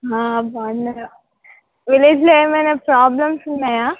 బాగున్నారా విలేజ్లో ఏమైనా ప్రాబ్లమ్స్ ఉన్నాయా